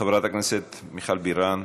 חברת הכנסת מיכל בירן,